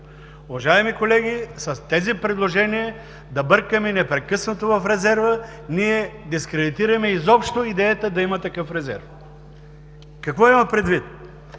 Уважаеми колеги, с предложенията да бъркаме непрекъснато в резерва ние дискредитираме изобщо идеята да има такъв резерв. Какво имам предвид?